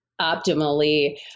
optimally